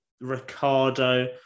Ricardo